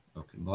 okay